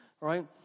right